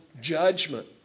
judgment